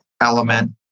element